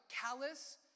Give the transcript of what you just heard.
callous